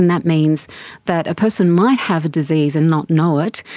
and that means that a person might have a disease and not know it,